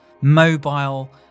mobile